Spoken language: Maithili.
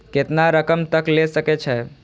केतना रकम तक ले सके छै?